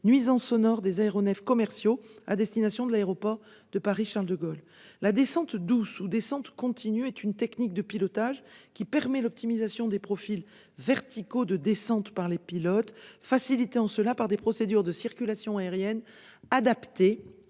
nuisances sonores des aéronefs commerciaux à destination de l'aéroport de Paris-Charles-de-Gaulle. La descente douce ou descente continue est une technique de pilotage qui permet l'optimisation des profils verticaux de descente par les pilotes, et ce grâce à des procédures de circulation aérienne adaptées